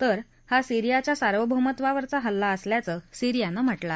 तर हा सिरियाच्या सार्वभौमत्वावरचा हल्ला असल्याचं सिरियानं म्हटलं आहे